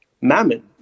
mammon